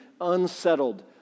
unsettled